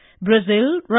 Brazil